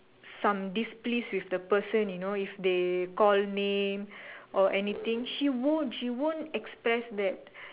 some displease with the person you know if they call name or anything she won't she won't express that